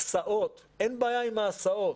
אין בעיה עם ההסעות,